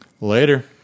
Later